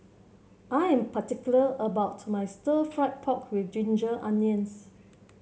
I am particular about my Stir Fried Pork with Ginger Onions